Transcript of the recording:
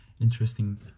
interesting